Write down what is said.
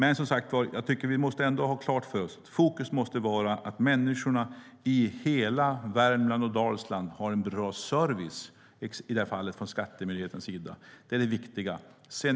Vi ska som sagt ha klart för oss att fokus måste vara att människorna i hela Värmland och Dalsland ska ha en bra service från i det här fallet Skatteverkets sida. Det är det viktiga.